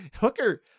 Hooker